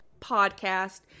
podcast